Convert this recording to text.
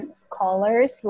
scholars